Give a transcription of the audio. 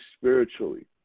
spiritually